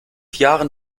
jahren